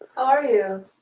are you?